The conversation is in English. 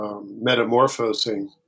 metamorphosing